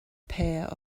pair